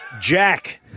Jack